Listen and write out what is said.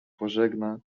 pożegna